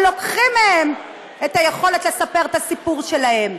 שלוקחים מהן את היכולת לספר את הסיפור שלהן.